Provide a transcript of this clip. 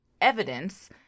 evidence